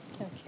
Okay